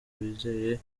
wizeye